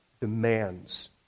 demands